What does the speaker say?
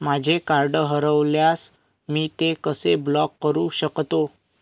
माझे कार्ड हरवल्यास मी ते कसे ब्लॉक करु शकतो?